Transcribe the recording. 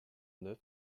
neuf